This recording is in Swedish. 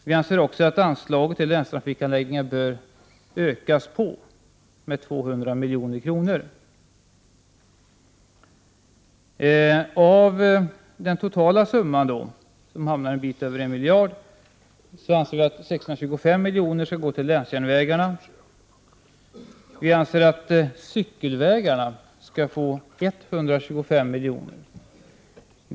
Vi anser också att anslaget till länstrafikanläggningar bör ökas med 200 milj.kr. Av den totala summan, som blir en bit över 1 miljard kronor, skall enligt vår mening 625 milj.kr. gå till länsjärnvägarna. Vi anser att cykelvägarna skall få 125 milj.kr.